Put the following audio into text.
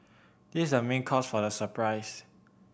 this is a main cause for the surprise